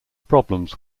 problems